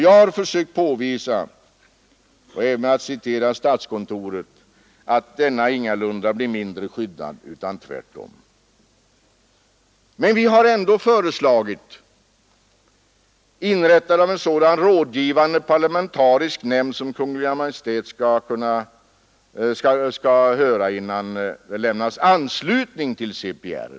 Jag har försökt påvisa, bl.a. genom att citera statskontoret, att den personliga integriteten ingalunda blir mindre skyddad utan tvärtom. Men vi har ändå föreslagit inrättande av en rådgivande parlamentarisk nämnd som Kungl. Maj:t skall höra innan medgivande lämnas om anslutning till CPR.